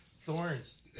Thorns